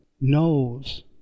knows